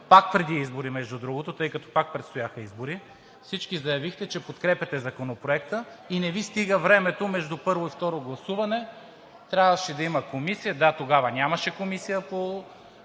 пак преди избори, между другото, тъй като пак престояха избори – всички заявихте, че подкрепяте Законопроекта и не Ви стига времето между първо и второ гласуване, трябваше да има комисия. Да, тогава нямаше комисия по